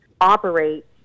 operate